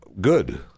good